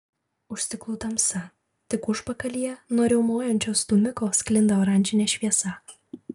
už stiklų tamsa tik užpakalyje nuo riaumojančio stūmiko sklinda oranžinė šviesa